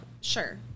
sure